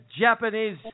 Japanese